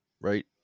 right